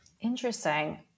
Interesting